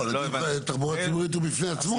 לא, נתיב תחבורה ציבורית הוא בפני עצמו.